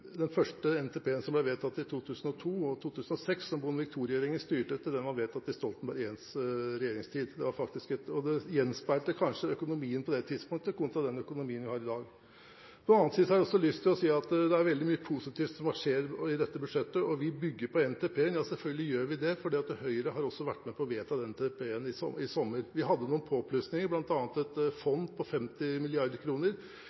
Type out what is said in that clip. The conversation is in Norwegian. den første NTP-en, som ble vedtatt i 2002 og 2006, som Bondevik II-regjeringen styrte etter, var vedtatt i Stoltenberg Is regjeringstid. Det gjenspeilte kanskje økonomien på det tidspunktet, kontra den økonomien vi har i dag. Så har jeg lyst til å si at det er veldig mye positivt som skjer i dette budsjettet. Vi bygger på NTP-en – selvfølgelig gjør vi det, for Høyre var med på å vedta den NTP-en i sommer. Vi hadde noen påplussinger, bl.a. et